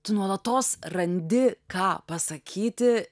tu nuolatos randi ką pasakyti